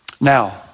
Now